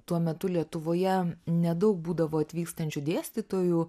tuo metu lietuvoje nedaug būdavo atvykstančių dėstytojų